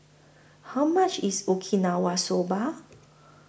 How much IS Okinawa Soba